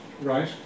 right